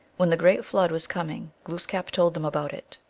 when the great flood was coming glooskap told them about it.